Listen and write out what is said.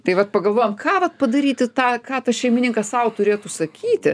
tai vat pagalvojam ką vat padaryti tą ką tas šeimininkas sau turėtų sakyti